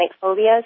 phobias